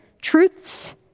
truths